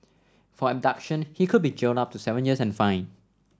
for abduction he could be jailed up to seven years and fined